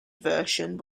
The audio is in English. version